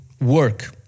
work